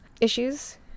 issues